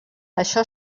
això